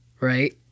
right